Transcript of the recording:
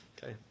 Okay